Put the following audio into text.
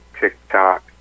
TikTok